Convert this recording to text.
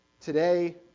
today